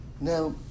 Now